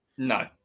No